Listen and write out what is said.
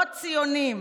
לא ציונים.